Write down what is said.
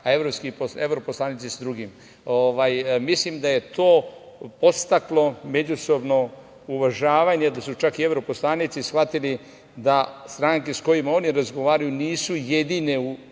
a evroposlanici sa drugim. Mislim da je to podstaklo međusobno uvažavanje, da su čak i evroposlanici shvatili da stranke sa kojima oni razgovaraju nisu jedine